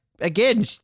again